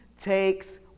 takes